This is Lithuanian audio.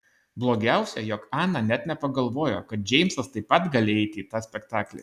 blogiausia jog ana net nepagalvojo kad džeimsas taip pat gali eiti į tą spektaklį